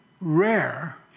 rare